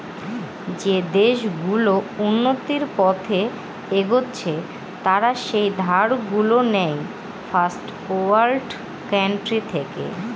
যে দেশ গুলো উন্নতির পথে এগচ্ছে তারা যেই ধার গুলো নেয় ফার্স্ট ওয়ার্ল্ড কান্ট্রি থেকে